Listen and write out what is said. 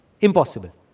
Impossible